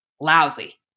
lousy